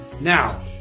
Now